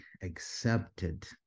accepted